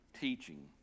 teaching